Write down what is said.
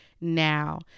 now